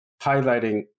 highlighting